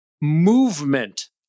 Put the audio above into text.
movement